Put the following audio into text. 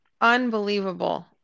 Unbelievable